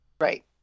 Right